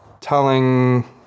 telling